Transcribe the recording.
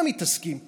במה מתעסקים פה,